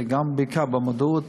בעיקר במודעות,